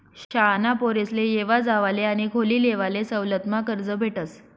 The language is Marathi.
शाळाना पोरेसले येवा जावाले आणि खोली लेवाले सवलतमा कर्ज भेटस